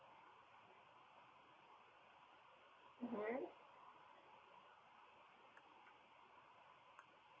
mmhmm